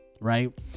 Right